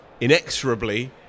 inexorably